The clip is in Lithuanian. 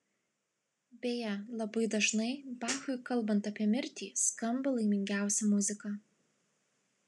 beje labai dažnai bachui kalbant apie mirtį skamba laimingiausia muzika